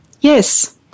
Yes